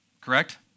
correct